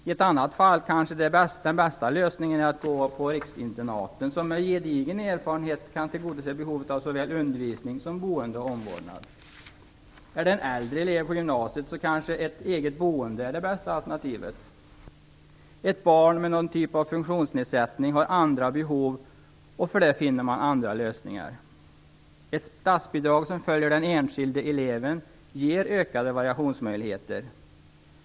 I ett annat fall är den bästa lösningen kanske att gå på riksinternaten, som med gedigen erfarenhet kan tillgodose behovet av såväl undervisning som boende och omvårdnad. För en äldre elev på gymnasiet är ett eget boende kanske det bästa alternativet. Ett barn med någon typ av funktionsnedsättning har andra behov, och för det finner man andra lösningar. Ett statsbidrag som följer den enskilde eleven ger ökade variationsmöjligheter.